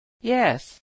Yes